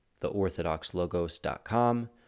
theorthodoxlogos.com